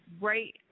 right